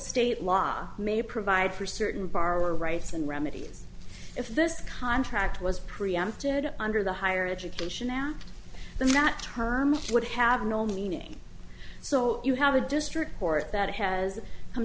state law may provide for certain bar rights and remedies if this contract was preempted under the higher education now the not term would have no meaning so you have a district court that has come